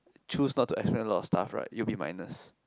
choose not to explain a lot of stuff right it will be minus